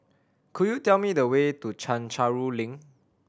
could you tell me the way to Chencharu Link